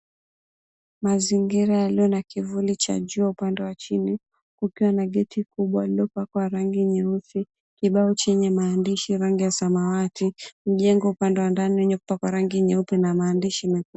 Mazingira yaliyo na kivuli cha jua upande wa chini kukiwa na geti kubwa iliyopakwa rangi nyeusi. Kibao chenye mahandishi ya rangi ya samawati. Mjengo upande wa ndani iliyopakwa rangi nyeusi na mahandishi mekundu.